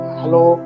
hello